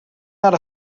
not